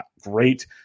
great